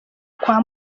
kwa